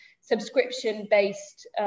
subscription-based